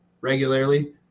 regularly